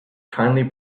kindly